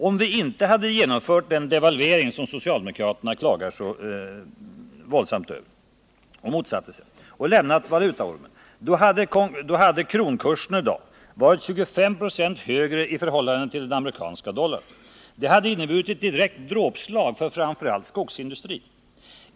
Om vi inte hade genomfört den devalvering som socialdemokraterna klagat så våldsamt över och motsatte sig, om vi inte hade lämnat valutaormen — då hade kronkursen i dag varit 25 96 högre i förhållande till den amerikanska dollarn. Det hade inneburit ett direkt dråpslag för framför allt skogsindustrin.